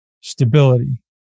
Stability